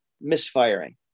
misfiring